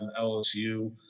LSU